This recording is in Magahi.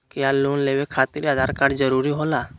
क्या लोन लेवे खातिर आधार कार्ड जरूरी होला?